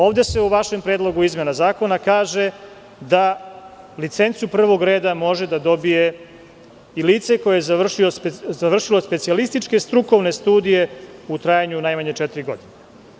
Ovde se u vašem predlogu izmena zakona kaže da licencu prvog reda može da dobije i lice koje završilo specijalističke strukovne studije u trajanju najmanje četiri godine.